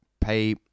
Pay